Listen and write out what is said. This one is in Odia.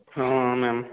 ହଁ ମ୍ୟାମ